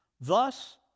Thus